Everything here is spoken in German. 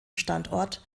standort